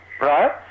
right